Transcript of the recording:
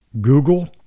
Google